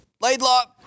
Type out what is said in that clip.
Laidlaw